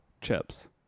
chips